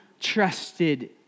trusted